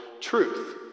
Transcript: truth